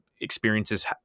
experiences